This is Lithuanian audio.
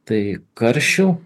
tai karšių